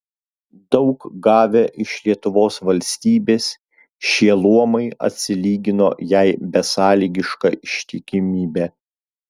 daug gavę iš lietuvos valstybės šie luomai atsilygino jai besąlygiška ištikimybe